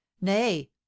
nay